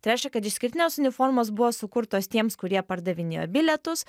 tai reiškia kad išskirtinės uniformos buvo sukurtos tiems kurie pardavinėjo bilietus